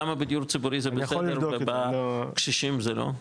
למה בדיור ציבורי זה בסדר ובקשישים זה לא?